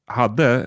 hade